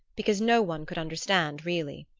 because no one could understand really.